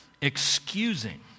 excusing